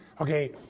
Okay